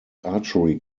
archery